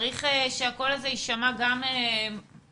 צריך שהקול הזה יישמע גם בוועדה,